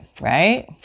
Right